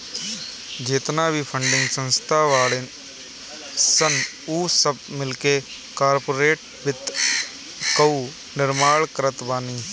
जेतना भी फंडिंग संस्था बाड़ीन सन उ सब मिलके कार्पोरेट वित्त कअ निर्माण करत बानी